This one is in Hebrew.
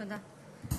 תודה.